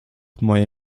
moje